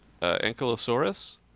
ankylosaurus